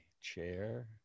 chair